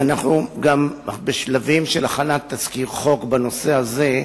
אנחנו גם בשלבים של הכנת תזכיר חוק בנושא הזה,